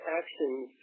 actions